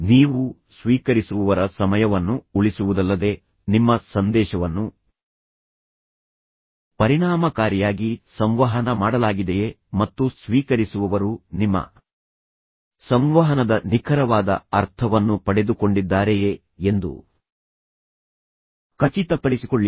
ನೀವು ಸ್ವೀಕರಿಸುವವರ ಸಮಯವನ್ನು ಉಳಿಸುವುದಲ್ಲದೆ ನಿಮ್ಮ ಸಂದೇಶವನ್ನು ಪರಿಣಾಮಕಾರಿಯಾಗಿ ಸಂವಹನ ಮಾಡಲಾಗಿದೆಯೆ ಮತ್ತು ಸ್ವೀಕರಿಸುವವರು ನಿಮ್ಮ ಸಂವಹನದ ನಿಖರವಾದ ಅರ್ಥವನ್ನು ಪಡೆದುಕೊಂಡಿದ್ದಾರೆಯೆ ಎಂದು ಖಚಿತಪಡಿಸಿಕೊಳ್ಳಿ